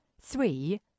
three